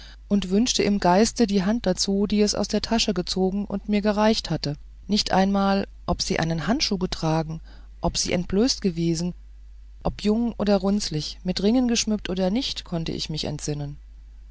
und wünschte mir im geiste die hand dazu die es aus der tasche gezogen und mir gereicht hatte nicht einmal ob sie einen handschuh getragen ob sie entblößt gewesen ob jung oder runzlig mit ringen geschmückt oder nicht konnte ich mich entsinnen